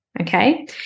okay